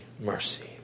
mercy